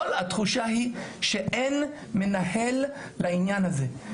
התחושה היא שאין מנהל לעניין הזה.